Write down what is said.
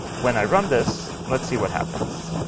when i run this, let's see what happens.